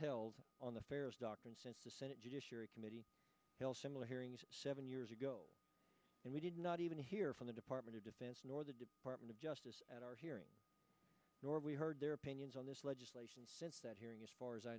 held on the fairness doctrine since the senate judiciary committee held similar hearings seven years ago and we did not even hear from the department of defense nor the department of justice at our hearing nor we heard their opinions on this legislation since that hearing as far as i